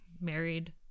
married